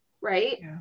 right